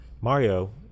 Mario